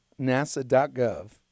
NASA.gov